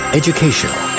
educational